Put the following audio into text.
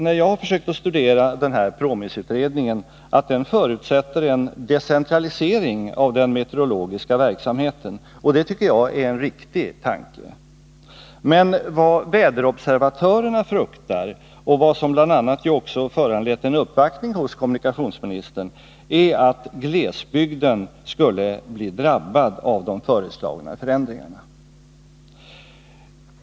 När jag försökt studera PROMIS-utredningen har jag observerat att den förutsätter en decentralisering av den meteorologiska verksamheten. Det tycker jag är en riktig tanke. Men vad väderobservatörerna fruktar och vad som bl.a. också föranlett en uppvaktning hos kommunikationsministern är att glesbygden skulle drabbas av de föreslagna förändringarna.